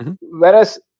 whereas